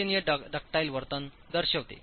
लक्षणीय डक्टीइल वर्तन दर्शवते